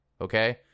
okay